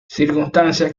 circunstancias